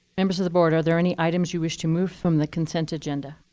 members of the board, are there any items you wish to move from the consent agenda?